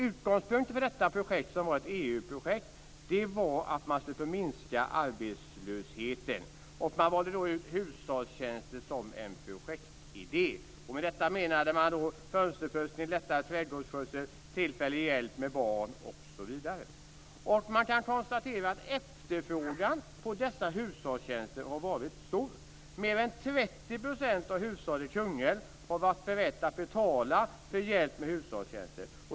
Utgångspunkten för projektet, som var ett EU-projekt, var att minska arbetslösheten. Man valde då ut hushållstjänster som en projektidé. Med det menades fönsterputsning, lättare trädgårdsskötsel, tillfällig hjälp med barn osv. Man kan konstatera att efterfrågan på dessa hushållstjänster har varit stor. Mer än 30 % av hushållen i Kungälv har varit beredda att betala för hjälp med hushållstjänster.